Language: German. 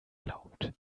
glaubt